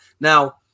now